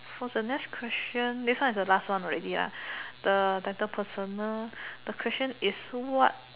for the next question this one is the last one already lah the rather personal the question is what